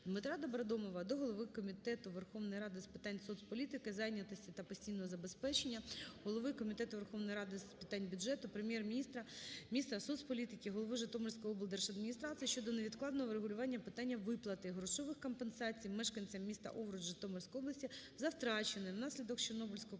Дмитра Добродомова до голови Комітету Верховної Ради з питань соціальної політики, зайнятості та пенсійного забезпечення, Голови Комітету Верховної Ради з питань бюджету, Прем'єр-міністра, міністра соцполітики, голови Житомирської обласної державної адміністрації щодо невідкладного врегулювання питання виплати грошової компенсації мешканцям міста Овруч Житомирської області за втрачене внаслідок Чорнобильської катастрофи